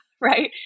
right